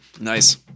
Nice